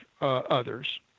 others